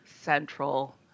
central